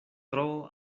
tro